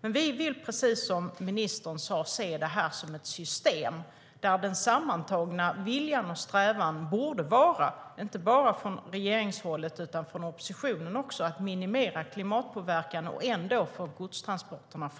Men vi vill, precis som ministern sa, se detta som ett system där den sammantagna viljan och strävan - inte bara från regeringshåll utan också från oppositionen - borde vara att minimera klimatpåverkan och ändå få fram godstransporterna.